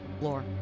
floor